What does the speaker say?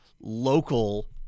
local